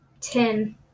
Ten